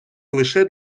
лише